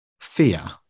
fear